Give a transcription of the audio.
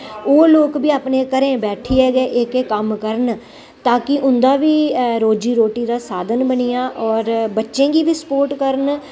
ओह् लोक बी अपने घरें बेठियै गै एह्के कम्म करन ताकि उं'दा बी रोजी रोटी दा साधन बनी जा होर बच्चे गी बी स्पोर्ट करन